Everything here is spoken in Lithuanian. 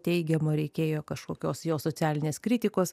teigiamo reikėjo kažkokios jo socialinės kritikos